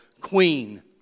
queen